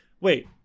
Wait